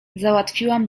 załatwiłam